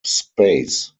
space